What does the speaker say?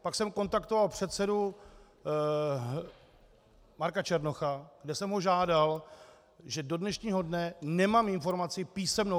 Pak jsem kontaktoval předsedu Marka Černocha, kde jsem ho žádal, že do dnešního dne nemám informaci písemnou.